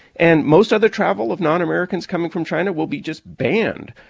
and most other travel of non-americans coming from china will be just banned.